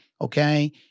Okay